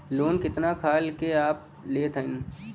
Loan कितना खाल के आप लेत हईन?